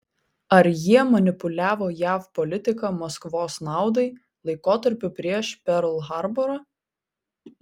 ar jie manipuliavo jav politika maskvos naudai laikotarpiu prieš perl harborą